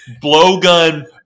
blowgun